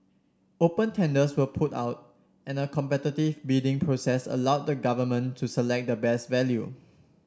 open tenders were put out and a competitive bidding process allowed the Government to select the best value